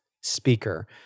speaker